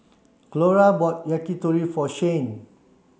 Clora bought Yakitori for Shayne